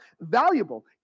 valuable